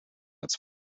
its